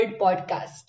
podcast